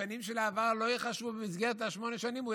השנים של העבר לא ייחשבו במסגרת השמונה שנים.